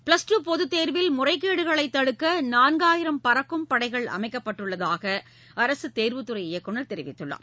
plus two பொதுத் தேர்வில் முறைகேடுகளைத் தடுக்க நான்காயிரம் பறக்கும் படைகள் அமைக்கப்பட்டுள்ளதாக அரசுத் தேர்வுத்துறை இயக்குநர் தெரிவித்துள்ளார்